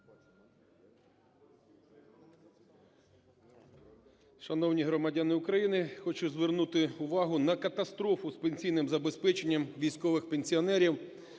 Шановні громадяни України, хочу звернути увагу на катастрофу з пенсійним забезпеченням військових пенсіонерів,